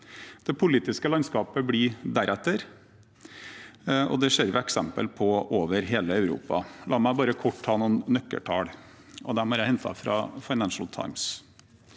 Det politiske landskapet blir deretter, og det ser vi eksempler på over hele Europa. La meg kort ta noen nøkkeltall, og dem har jeg hentet fra Financial Times: